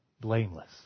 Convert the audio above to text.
blameless